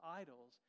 idols